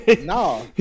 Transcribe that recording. No